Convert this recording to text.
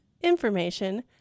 information